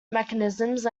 mechanisms